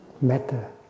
matter